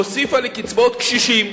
הוסיפה לקצבאות קשישים